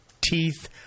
teeth